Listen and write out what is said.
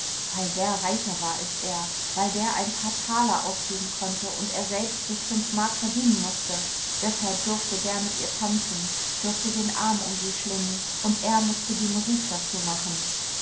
weil der reicher war als er weil der ein paar taler ausgeben konnte und er selbst sich fünf mark verdienen mußte deshalb durfte der mit ihr tanzen durfte den arm um sie schlingen und er mußte die musik dazu machen